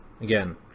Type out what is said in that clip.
again